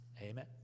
Amen